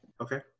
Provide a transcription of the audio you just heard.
Okay